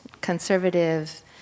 conservative